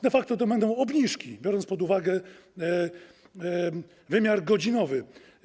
De facto to będą obniżki, biorąc pod uwagę wymiar godzinowy.